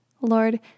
Lord